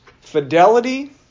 Fidelity